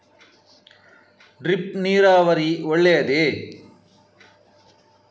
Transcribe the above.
Drip ನೀರಾವರಿ ಒಳ್ಳೆಯದೇ?